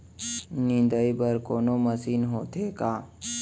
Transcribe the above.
निंदाई बर कोनो मशीन आथे का?